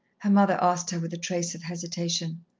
her mother asked her, with a trace of hesitation.